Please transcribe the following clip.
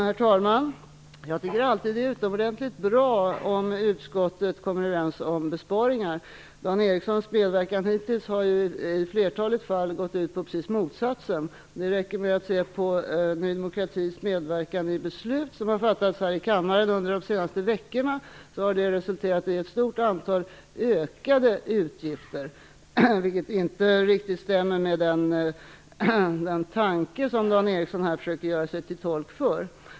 Herr talman! Jag tycker alltid att det är utomordentligt bra om utskottet kommer överens om besparingar. Dan Erikssons medverkan hittills har i flertalet fall gått ut på precis motsatsen. Det räcker med att se på Ny demokratis medverkan i beslut som har fattats här i kammaren under de senaste veckorna för att lägga märke till att de har resulterat i ett stort antal ökade utgifter, vilket inte riktigt stämmer med den tanke som Dan Eriksson här försöker göra sig till tolk för.